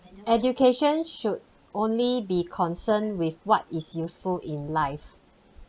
education should only be concerned with what is useful in life